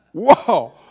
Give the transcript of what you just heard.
Whoa